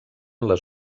les